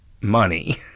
money